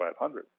500